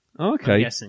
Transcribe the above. Okay